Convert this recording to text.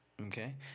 Okay